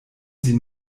sie